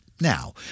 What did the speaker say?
Now